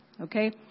Okay